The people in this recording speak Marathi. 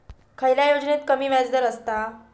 खयल्या योजनेत कमी व्याजदर असता?